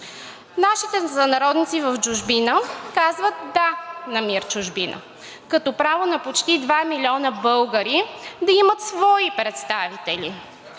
Нашите сънародници в чужбина казват да на МИР „Чужбина“, като право на почти 2 милиона българи да имат свои представители,